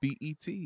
BET